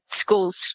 school's